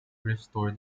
restore